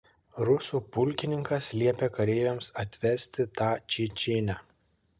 rusų pulkininkas liepė kareiviams atvesti tą čečėnę